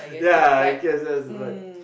yeah I get that's what